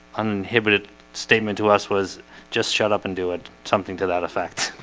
uninhibited statement to us was just shut up and do it something to that effect.